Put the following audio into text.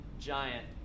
giant